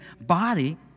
body